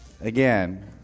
Again